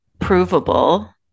Provable